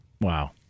Wow